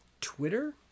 twitter